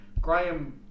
Graham